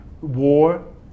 war